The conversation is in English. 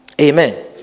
Amen